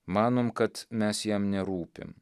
manom kad mes jam nerūpim